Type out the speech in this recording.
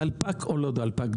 דלפק או לא דלפק,